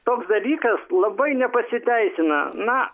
toks dalykas labai nepasiteisina na